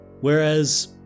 whereas